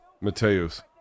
Mateus